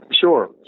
Sure